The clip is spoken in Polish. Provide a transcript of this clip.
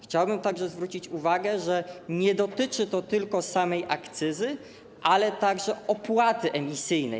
Chciałbym także zwrócić uwagę, że nie dotyczy to tylko samej akcyzy, ale także opłaty emisyjnej.